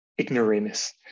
ignoramus